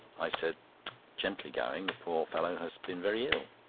i said gently, gowing, the poor fellow has been very ill.